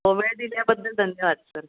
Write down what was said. हो वेळ दिल्याबद्दल धन्यवाद सर